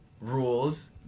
rules